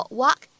walk